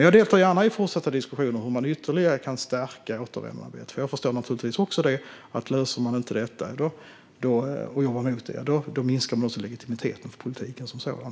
Jag deltar gärna i fortsatta diskussioner om hur man ytterligare kan stärka återvändandet, för jag förstår naturligtvis också att om man inte löser detta och jobbar mot det minskar man legitimiteten för politiken som sådan.